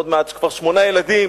עוד מעט כבר שמונה ילדים,